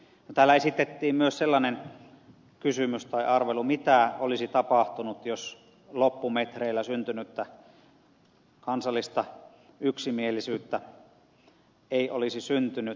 täällä esitettiin myös sellainen kysymys tai arvelu mitä olisi tapahtunut jos loppumetreillä syntynyttä kansallista yksimielisyyttä ei olisi syntynyt